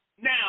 now